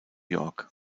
york